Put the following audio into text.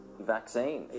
vaccine